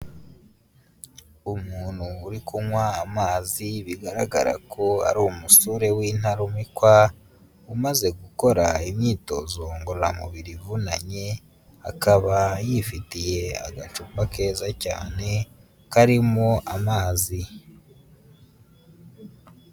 Umuntu uri kunywa amazi bigaragara ko ari umusore w'intarumikwa, umaze gukora imyitozo ngororamubiri ivunanye, akaba yifitiye agacupa keza cyane karimo amazi.